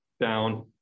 down